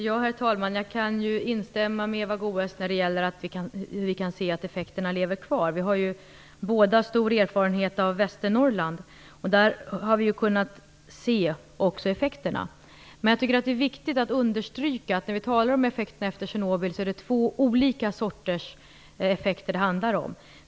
Herr talman! Jag kan instämma med Eva Goës i att vi kan se att effekterna lever kvar. Vi har båda stor erfarenhet av Västernorrland, där vi har kunnat se de här effekterna. Jag tycker dock det är viktigt att understryka att när vi talar om effekterna efter Tjernobyl är det två olika sorters effekter det handlar om.